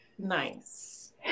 nice